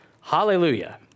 Hallelujah